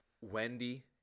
Wendy